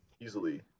Easily